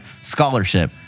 scholarship